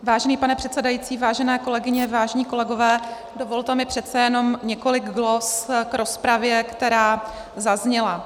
Vážený pane předsedající, vážené kolegyně, vážení kolegové, dovolte mi přece jenom několik glos k rozpravě, která zazněla.